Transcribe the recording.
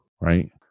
right